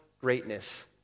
greatness